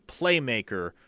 playmaker